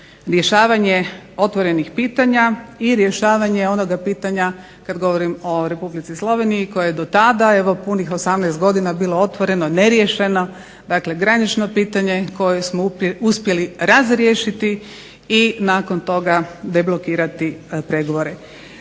Rješavanje otvorenih pitanja i rješavanje onoga pitanja kada govorim o Republici Sloveniji koji je do tada punih 18 godina bilo otvoreno, neriješeno, dakle granično pitanje koje smo uspjeli razriješiti i nakon toga deblokirati pregovore.